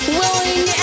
willing